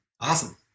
Awesome